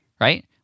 right